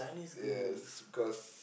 yes cause